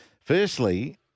Firstly